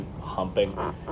humping